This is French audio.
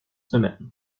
semaines